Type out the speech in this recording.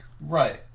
Right